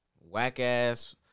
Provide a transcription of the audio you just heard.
whack-ass